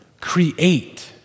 Create